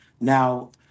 now